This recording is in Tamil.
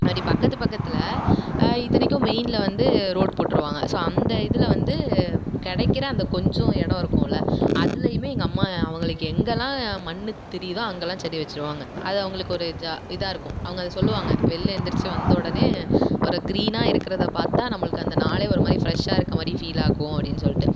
அப்படி பக்கத்து பக்கத்தில் இத்தனைக்கும் மெயினில் வந்து ரோடு போட்டுருவாங்க ஸோ அந்த இதில் வந்து கிடைக்கிற அந்த கொஞ்சம் எடம் இருக்கும்ல அதுலேயுமே எங்கள் அம்மா அவங்களுக்கு எங்கேல்லாம் மண் தெரியுதோ அங்கேல்லாம் செடி வெச்சிருவாங்க அது அவங்களுக்கு ஒரு ஜா இதாக இருக்கும் அவங்க அது சொல்வாங்க வெளியில் எழுந்திரிச்சி வந்தவொடனே ஒரு க்ரீனாக இருக்கிறத பார்த்தா நம்மளுக்கு அந்த நாளே ஒரு மாதிரி ஃப்ரெஷ்ஷாக இருக்க மாதிரி ஃபீல் ஆகும் அப்படின்னு சொல்லிட்டு